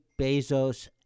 Bezos